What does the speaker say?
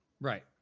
right